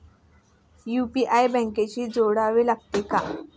UPI बँकेशी जोडावे लागते का?